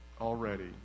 already